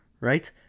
right